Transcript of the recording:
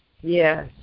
Yes